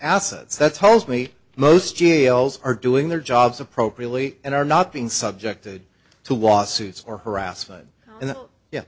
assets that's holds me most jails are doing their jobs appropriately and are not being subjected to watch suits or harassment and ye